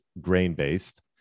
grain-based